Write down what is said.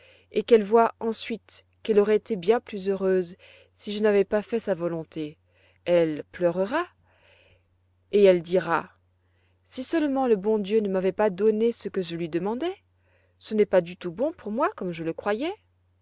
et qu'elle voie ensuite qu'elle aurait été bien plus heureuse si je n'avais pas fait sa volonté elle pleurera et elle dira si seulement le bon dieu ne m'avait pas donné ce que je lui demandais ce n'est pas du tout bon pour moi comme je le croyais